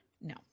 No